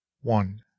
one